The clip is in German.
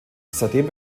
seitdem